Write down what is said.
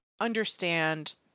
understand